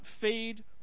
feed